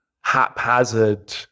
haphazard